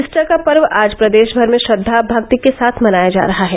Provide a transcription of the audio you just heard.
Easter का पर्व आज प्रदेश भर में श्रद्वा भक्ति के साथ मनाया जा रहा है